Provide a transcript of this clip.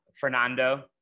Fernando